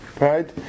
right